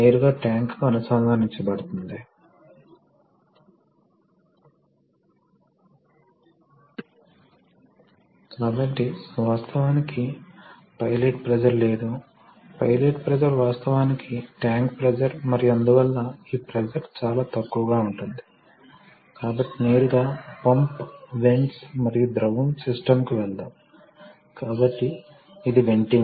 ఇప్పుడు ద్రవ ప్రవాహం ఎలా ఉంటుంది ద్రవం వాస్తవానికి పైపులలో ప్రవహిస్తుంది ఇప్పుడు హైడ్రాలిక్ సిస్టమ్ కు ఒక రకమైన లోపం ఉంది ద్రవం ప్రవహిస్తున్నందున మీరు పంపు నుండి లోడ్ వరకు పైపింగ్ చేయవలసి ఉంటుంది ఎందుకంటే ఇది ద్రవంగా ఉంటుంది కాబట్టి మీరు రిటర్న్ లైన్ కూడా కలిగి ఉండాలి తద్వారా కొంత ఖర్చు మరియు కొంత అదనపు నిర్వహణను చేయాల్సిఉంటుంది